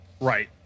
Right